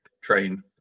train